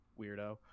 weirdo